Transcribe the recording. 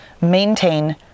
maintain